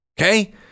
okay